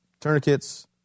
Tourniquets